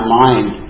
mind